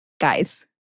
guys